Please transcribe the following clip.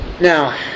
Now